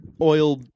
oil